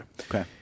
Okay